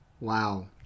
Wow